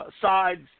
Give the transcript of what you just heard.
sides